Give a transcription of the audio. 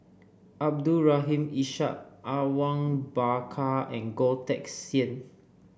Abdul Rahim Ishak Awang Bakar and Goh Teck Sian